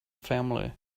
family